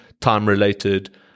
time-related